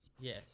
Yes